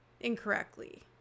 Incorrectly